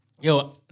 yo